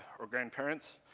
or grandparents.